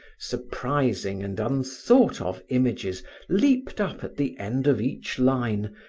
surprising and unthought of images leaped up at the end of each line,